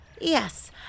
Yes